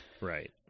Right